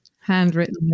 handwritten